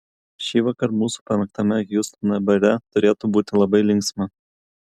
šįvakar mūsų pamėgtame hjustono bare turėtų būti labai linksma